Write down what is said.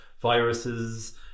viruses